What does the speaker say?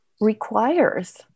requires